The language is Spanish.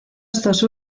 estos